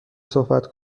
صحبت